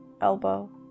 elbow